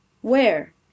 Where